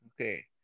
okay